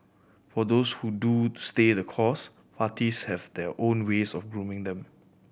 for those who do stay the course parties have their own ways of grooming them